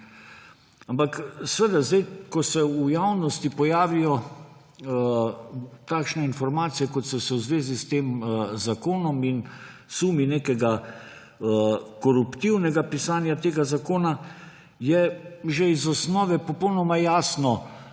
Ampak zdaj, ko se v javnosti pojavijo takšne informacije, kot so se v zvezi s tem zakonom, in sumi nekega koruptivnega pisanja tega zakona, je že iz osnove popolnoma jasno,